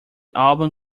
album